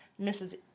Mrs